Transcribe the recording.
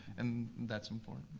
and that's important.